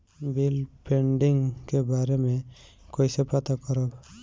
Bill pending के बारे में कईसे पता करब?